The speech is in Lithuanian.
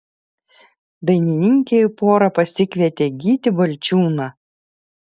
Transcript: dainininkė į porą pasikvietė gytį balčiūną